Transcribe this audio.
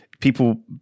People